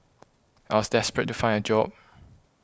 I was desperate to find a job